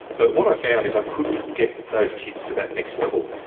but what i found is i couldn't get those kids to that next level.